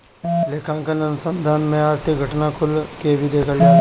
लेखांकन अनुसंधान में आर्थिक घटना कुल के भी देखल जाला